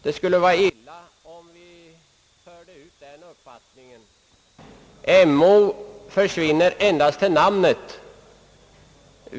Det skulle vara illa, om vi förde ut den uppfattningen. MO försvinner endast till namnet.